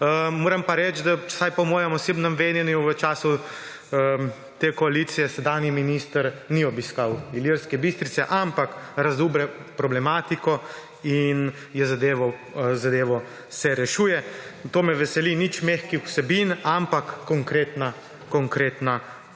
Moram pa reči, da vsaj po mojem osebnem vedenju v času te koalicije sedanji minister ni obiskal Ilirske Bistrice, ampak razume problematiko in zadeva se rešuje. To me veseli, nič mehkih vsebin, ampak konkretna pomoč.